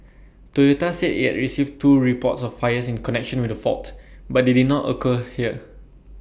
Toyota said IT had received two reports of fires in connection with the fault but they did not occur here